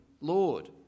Lord